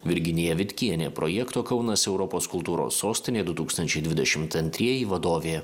virginija vitkienė projekto kaunas europos kultūros sostinė du tūkstančiai dvidešimt antrieji vadovė